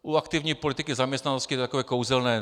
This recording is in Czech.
U aktivní politiky zaměstnanosti to je takové kouzelné.